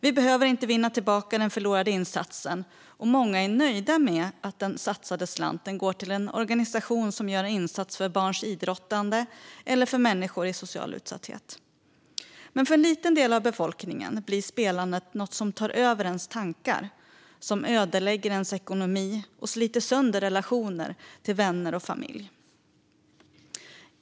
Vi behöver inte vinna tillbaka den förlorade insatsen, och många är nöjda med att den satsade slanten går till en organisation som gör en insats för barns idrottande eller för människor i social utsatthet. Men för en liten del av befolkningen blir spelandet något som tar över ens tankar, ödelägger ens ekonomi och sliter sönder relationer till vänner och familj.